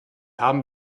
haben